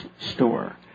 store